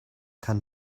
kann